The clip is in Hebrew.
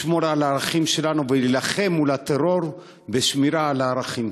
לשמור על הערכים שלנו ולהילחם בטרור בשמירה על הערכים.